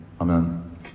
amen